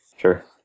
Sure